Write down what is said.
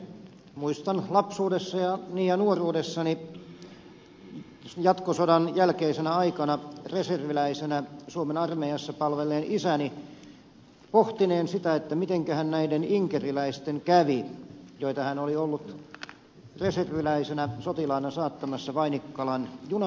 muistan lapsuudessani ja nuoruudessani jatkosodan jälkeisenä aikana reserviläisenä suomen armeijassa palvelleen isäni pohtineen sitä mitenkähän näiden inkeriläisten kävi joita hän oli ollut reserviläisenä sotilaana saattamassa vainikkalan juna asemalle